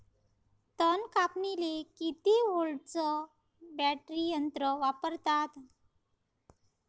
तन कापनीले किती व्होल्टचं बॅटरी यंत्र वापरतात?